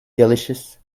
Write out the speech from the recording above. delicious